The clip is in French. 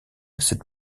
cette